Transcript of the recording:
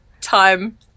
time